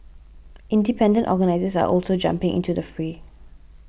independent organisers are also jumping into the fray